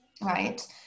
Right